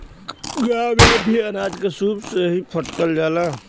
गांव में अब भी अनाज के सूप से ही फटकल जाला